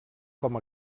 com